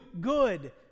good